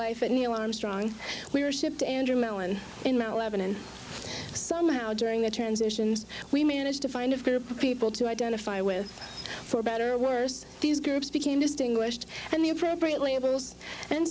life and neil armstrong we were shipped to andrew mellon in our evan and somehow during the transitions we managed to find a group of people to identify with for better or worse these groups became distinguished and the appropriate labels and